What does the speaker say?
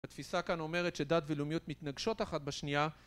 התפיסה כאן אומרת שדת ולאומיות מתנגשות אחת בשנייה